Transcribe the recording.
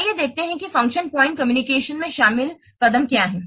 आइए देखते हैं कि फंक्शन पॉइंट कम्प्यूटेशन में शामिल कदम क्या हैं